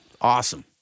awesome